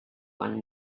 one